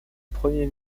premier